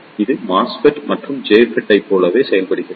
இது MOSFET மற்றும் JFET ஐப் போலவே செயல்படுகிறது